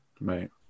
Right